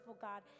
God